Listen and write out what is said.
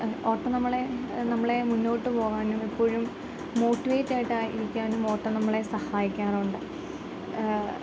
ഓട്ടം നമ്മളെ നമ്മളെ മുന്നോട്ട് പോവാനും എപ്പോഴും മോട്ടിവേറ്റ് ആയിട്ട് ഇരിക്കാനും ഓട്ടം നമ്മളെ സഹായിക്കാറുണ്ട്